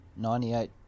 98%